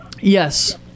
Yes